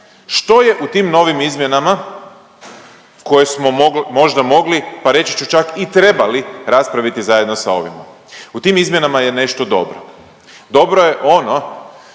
što je u tim novim izmjenama koje smo možda mogli pa reći ću čak i trebali raspraviti zajedno sa ovim? U tim izmjenama je nešto dobro, dobro je ono